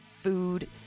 food